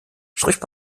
spricht